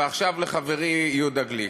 ועכשיו לחברי יהודה גליק.